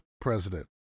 president